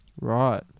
Right